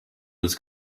was